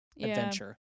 adventure